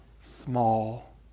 small